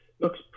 Looks